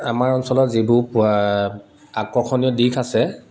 আমাৰ অঞ্চলত যিবোৰ আকৰ্ষণীয় দিশ আছে